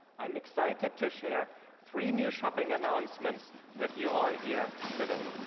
i'm excited to share three new shopping announcements with you all here today